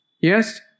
Yes